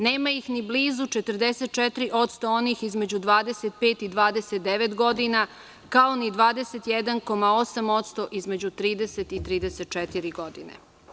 Nema ih ni blizu 44% onih između 25 i 29 godina, kao ni 21,8% između 30 i 34 godine.